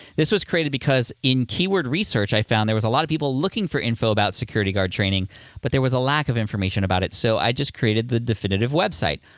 this was created because in keyword research, i found there was a lot of people looking for info about security guard training but there was a lack of information about it so i just created the definitive website.